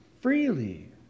freely